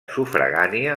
sufragània